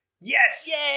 yes